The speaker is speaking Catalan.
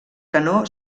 canó